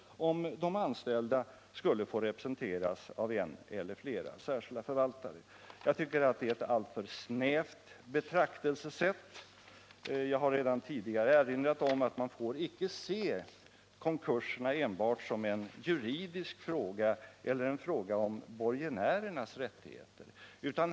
Jag tycker att detta är ett alltför snävt betraktelsesätt. Redan tidigare har jag erinrat om att man inte får se konkurserna som en enbart juridisk fråga eller som en fråga om borgenärernas rättigheter.